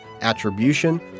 Attribution